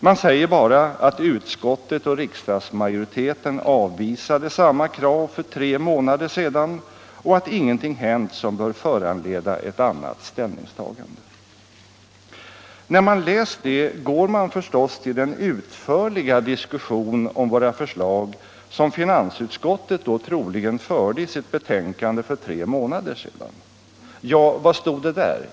Man säger bara att utskottet och riksdagsmajoriteten avvisade samma krav för tre månader sedan och att ingenting hänt som bör föranleda ett annat ställningstagande. När man läst det går man förstås till den utförliga diskussion om våra förslag som finansutskottet troligen förde i sitt betänkande för tre månader sedan. Vad stod där?